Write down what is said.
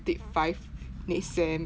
take five next sem